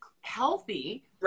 healthy